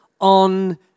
on